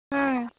হুম